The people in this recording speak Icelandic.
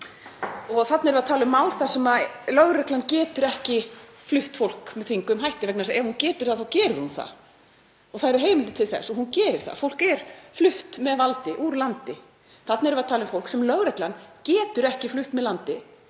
Þarna erum við að tala um mál þar sem lögreglan getur ekki flutt fólk með þvinguðum hætti. Vegna þess að ef hún getur það þá gerir hún það. Það eru heimildir til þess og hún gerir það. Fólk er flutt með valdi úr landi. Þarna erum við að tala um fólk sem lögreglan getur ekki flutt úr landi